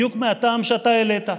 בדיוק מהטעם שאתה העלית,